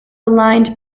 aligned